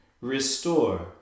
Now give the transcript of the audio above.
Restore